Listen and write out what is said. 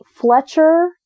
Fletcher